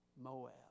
Moab